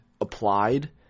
applied